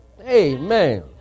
Amen